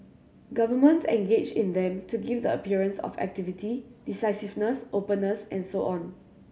governments engage in them to give the appearance of activity decisiveness openness and so on